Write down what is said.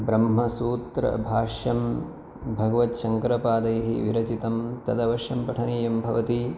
ब्रह्मसूत्रभाष्यं भगवत् शङ्करपादैः विरचितं तदवश्यं पठनीयं भवति